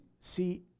see